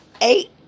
eight